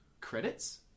credits